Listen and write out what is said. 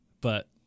but-